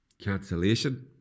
cancellation